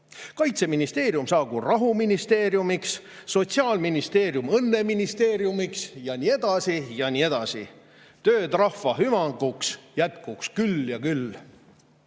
Kaitseministeerium saagu rahuministeeriumiks, Sotsiaalministeerium õnneministeeriumiks ja nii edasi ja nii edasi. Tööd rahva hüvanguks jätkuks küll ja